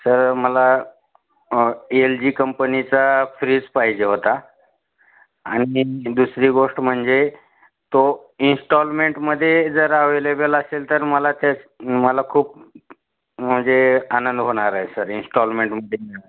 sir मला L G कंपनीचा fridge पाहिजे होता आणि दुसरी गोष्ट म्हणजे तो इन्स्टॉलमेंटमध्ये जर अवेलेबल असेल तर मला त्या मला खूप म्हणजे आनंद होणार आहे सर इन्स्टॉलमेंटमध्ये